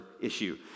issue